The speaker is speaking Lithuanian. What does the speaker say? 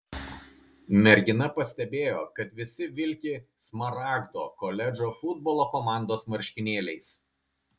mergina pastebėjo kad visi vilki smaragdo koledžo futbolo komandos marškinėliais